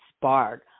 spark